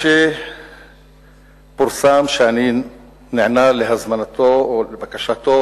כשפורסם שאני נענה להזמנתו או לבקשתו,